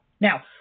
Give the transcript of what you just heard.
Now